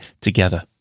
together